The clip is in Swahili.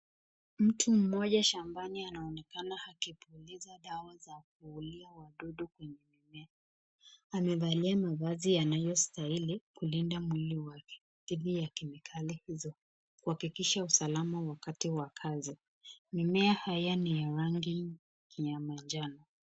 Mtu mmoja shambani anaonekana akipuliza dawa za kuulia wadudu kwenye mimea, amevalia mavazi anayostahili kulinda mwili wake didhi ya kemikali hizo kuhakikisha usalama wakati wa kazi, mimea haya ni ya rangi ya manjano.